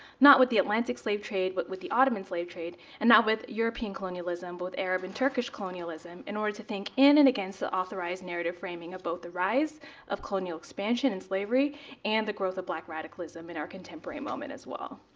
not with the atlantic slave trade, but with the ottoman slave trade. and not with european colonialism, both arab and turkish colonialism, in order to think in and against the authorized narrative framing of both the rise of colonial expansion in slavery and the growth of black radicalism in contemporary moment as well.